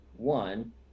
One